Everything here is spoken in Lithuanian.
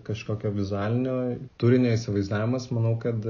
kažkokio vizualinio turinio įsivaizdavimas manau kad